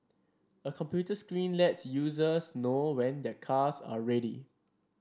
a computer screen lets users know when their cars are ready